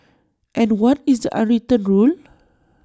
and what is A unwritten rule